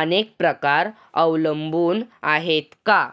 अनेक प्रकार अवलंबून आहेत का?